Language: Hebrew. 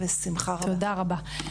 תודה רבה.